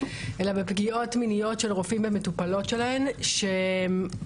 אלא בפגיעות מיניות של רופאים במטופלות שלהם שפעם